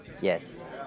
yes